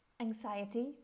anxiety